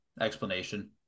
explanation